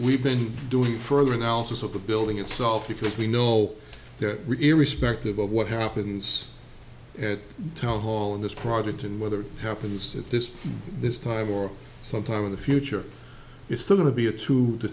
we been doing further analysis of the building itself because we know that we're respective of what happens at tel hall in this project and whether it happens at this this time or sometime in the future it's going to be a two to